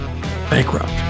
Bankrupt